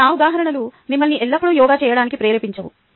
కానీ ఆ ఉదాహరణలు మిమ్మల్ని ఎల్లప్పుడూ యోగా చేయడానికి ప్రేరేపించవు